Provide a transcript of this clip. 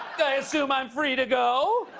i assume i'm free to go?